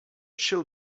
chill